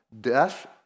Death